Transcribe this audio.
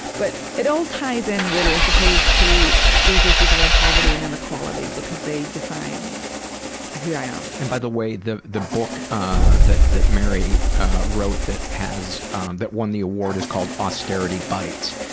but it all ties in really as opposed to these issues around poverty and inequality because they define who i am. and by the way, the way, the book ah that that mary wrote that has um that won the award is called austerity bites,